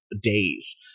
days